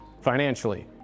financially